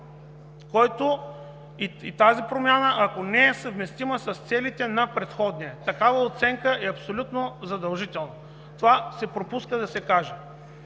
устройствен план и ако тя не е съвместима с целите на предходния. Такава оценка е абсолютно задължителна, а това се пропуска да се кажа.